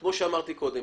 כמו שאמרתי קודם,